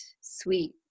sweet